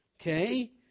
okay